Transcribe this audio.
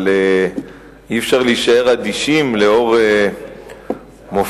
אבל אי-אפשר להישאר אדישים לאור מופע